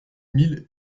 mille